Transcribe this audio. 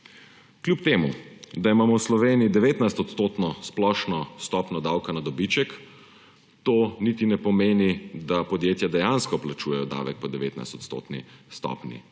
Kljub temu da imamo v Sloveniji 19-odstotno splošno stopnjo davka na dobiček, to niti ne pomeni, da podjetja dejansko plačujejo davek po 19-odstotni stopnji.